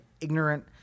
ignorant